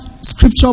scripture